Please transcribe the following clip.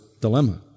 dilemma